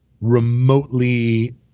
remotely